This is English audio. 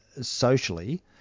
socially